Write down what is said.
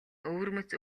өвөрмөц